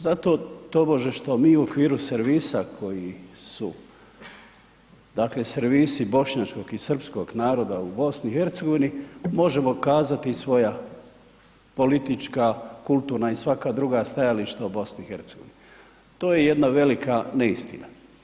Zato tobože što mi u okviru servisa koji su dakle servisi bošnjačkog i srpskog naroda u BiH-u, možemo kazati svoja politička, kulturna i svaka druga stajališta u BiH-u. to je jedna velika neistina.